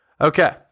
Okay